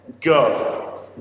go